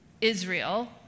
Israel